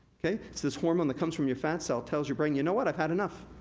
it's this hormone that comes from your fat cell, tells your brain, you know what, i've had enough.